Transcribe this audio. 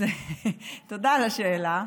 תודה על השאלה.